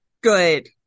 Good